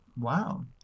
Wow